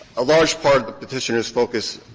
a large part of the petitioners' focus